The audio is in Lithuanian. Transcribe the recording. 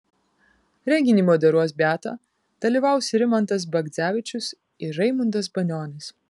renginį moderuos beata dalyvaus rimantas bagdzevičius ir raimundas banionis